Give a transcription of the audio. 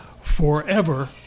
forever